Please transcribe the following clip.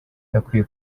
akwiye